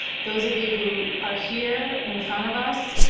those of you who are here in front of us,